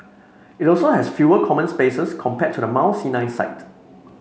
it also has fewer common spaces compared to the Mount Sinai site